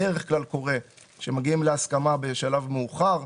בדרך-כלל קורה שמגיעים להסכמה בשלב מאוחר,